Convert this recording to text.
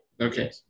Okay